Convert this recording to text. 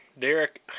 Derek